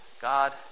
God